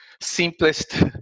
simplest